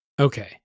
Okay